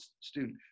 student